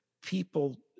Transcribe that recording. people